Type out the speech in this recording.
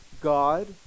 God